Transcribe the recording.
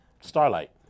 Starlight